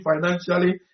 financially